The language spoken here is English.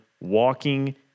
walking